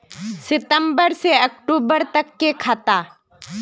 सितम्बर से अक्टूबर तक के खाता?